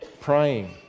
praying